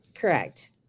Correct